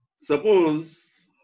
Suppose